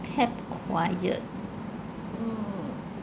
kept quiet mm